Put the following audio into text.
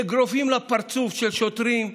אגרופים של שוטרים לפרצוף,